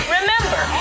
Remember